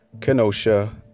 Kenosha